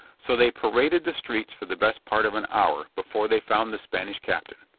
so they paraded the streets for the best part of an hour before they found the spanish captain.